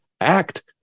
act